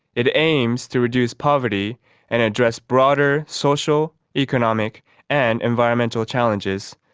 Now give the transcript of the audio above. it aims to reduce poverty and address broader social, economic and environmental challenges.